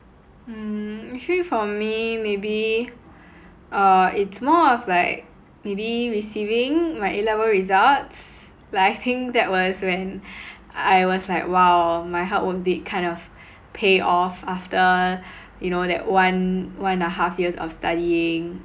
mm actually for me maybe uh it's more of like maybe receiving my A level results but I think that was when I was like !wow! my hard work did kind of pay off after you know that one one and a half years of studying